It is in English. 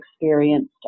experienced